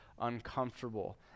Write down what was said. uncomfortable